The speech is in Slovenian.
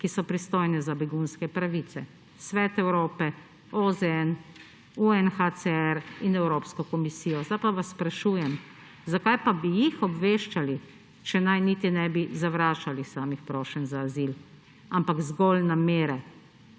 ki so pristojne za begunske pravice: Svet Evrope, OZN, UNCHR in Evropsko komisijo. Sedaj vas sprašujem, zakaj pa bi jih obveščali, če naj niti ne bi zavračali samih prošenj za azil, ampak zgolj namere,